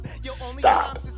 stop